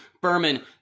Berman